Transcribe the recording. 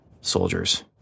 soldiers